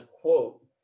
quote